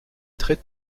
très